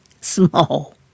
small